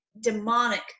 demonic